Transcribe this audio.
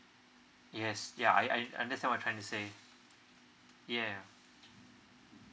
yes ya I I I understand what you are trying to say yeah